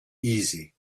easy